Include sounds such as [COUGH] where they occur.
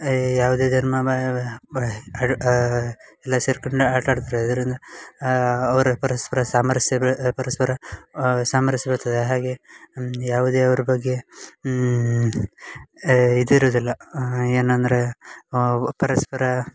ಯಾವುದೇ ಧರ್ಮ [UNINTELLIGIBLE] ಎಲ್ಲ ಸೇರ್ಕಂಡು ಆಟ ಆಡ್ತ್ರರು ಇದರಿಂದ ಅವ್ರು ಪರಸ್ಪರ ಸಾಮರಸ್ಯ ಬ ಪರಸ್ಪರ ಸಾಮರಸ್ಯ ಬರ್ತದೆ ಹಾಗೆ ಯಾವ ದೇವ್ರ ಬಗ್ಗೆ ಏ ಇದಿರುವುದಿಲ್ಲ ಏನಂದರೆ ಪರಸ್ಪರ